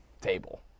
table